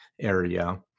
area